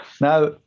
now